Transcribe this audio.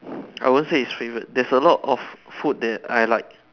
I won't say it's favorite there's a lot of food that I like